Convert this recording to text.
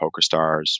PokerStars